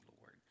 Lord